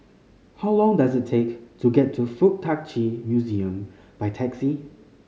how long does it take to get to Fuk Tak Chi Museum by taxi